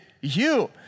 you